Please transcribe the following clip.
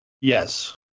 Yes